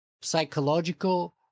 psychological